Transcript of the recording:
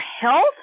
health